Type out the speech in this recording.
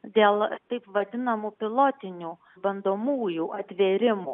dėl taip vadinamų pilotinių bandomųjų atvėrimų